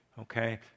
Okay